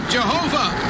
Jehovah